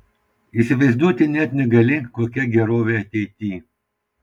įsivaizduoti net negali kokia gerovė ateity